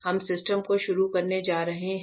हम सिस्टम को शुरू करने जा रहे हैं